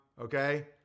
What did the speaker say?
okay